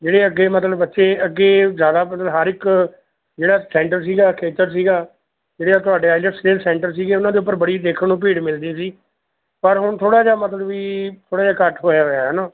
ਜਿਹੜੇ ਅੱਗੇ ਮਤਲਬ ਬੱਚੇ ਅੱਗੇ ਜ਼ਿਆਦਾ ਮਤਲਬ ਹਰ ਇੱਕ ਜਿਹੜਾ ਸਟੈਂਡਰਡ ਸੀਗਾ ਖੇਤਰ ਸੀਗਾ ਜਿਹੜੇ ਆ ਤੁਹਾਡੇ ਆਈਲਟਸ ਸਕੇਅਰ ਸੈਂਟਰ ਸੀਗੇ ਉਹਨਾਂ ਦੇ ਉੱਪਰ ਬੜੀ ਦੇਖਣ ਨੂੰ ਭੀੜ ਮਿਲਦੀ ਸੀ ਪਰ ਹੁਣ ਥੋੜ੍ਹਾ ਜਿਹਾ ਮਤਲਬ ਵੀ ਥੋੜ੍ਹਾ ਜਿਹਾ ਘੱਟ ਹੋਇਆ ਹੋਇਆ ਹੈ ਨਾ